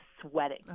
sweating